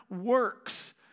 works